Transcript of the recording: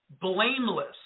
blameless